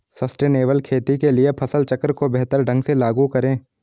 sustainable खेती के लिए फसल चक्र को बेहतर ढंग से लागू करें